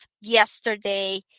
yesterday